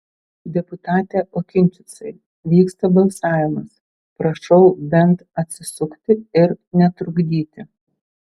deputate okinčicai vyksta balsavimas prašau bent atsisukti ir netrukdyti